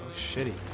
shitty